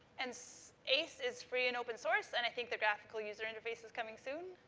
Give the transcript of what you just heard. and so ace is free and open source and i think the graphical user interface is coming soon.